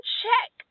check